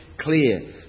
clear